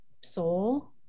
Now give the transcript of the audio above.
soul